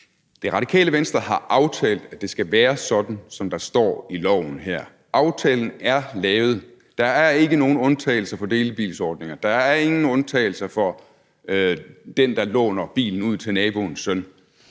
noget. Radikale Venstre har aftalt, at det skal være sådan, som der står i lovforslaget her. Aftalen er lavet. Der er ikke nogen undtagelser for delebilsordninger. Der er ingen undtagelser for den, der låner bilen ud til naboens søn.